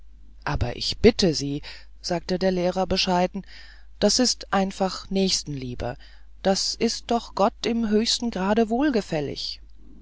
aber ich bitte sie sagte der lehrer bescheiden das ist einfach nächstenliebe das ist doch gott im höchsten grade wohlgefällig